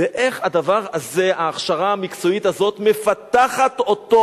ואיך הדבר הזה, ההכשרה המקצועית הזאת מפתחת אותו